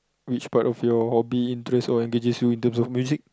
which part of your hobby interests or engages you in terms of music